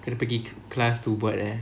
kena pergi class to buat eh